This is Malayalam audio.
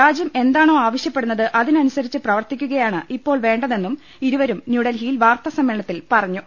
രാജ്യം എന്താണോ ആവശ്യപ്പെടുന്നത് അതിനനുസരിച്ച് പ്രവർത്തിക്കുക യാണ് വേണ്ട തെന്നും ഇപ്പോൾ ഇരുവരും ന്യൂഡൽഹിയിൽ വാർത്താസമ്മേളനത്തിൽ പറഞ്ഞു